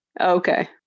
okay